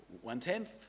One-tenth